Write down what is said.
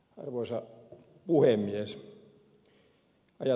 arvoisa puhemies